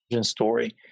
story